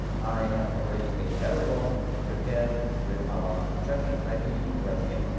i have already a variable prepared with our tracking id right here.